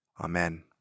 Amen